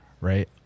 right